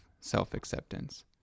self-acceptance